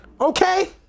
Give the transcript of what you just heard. Okay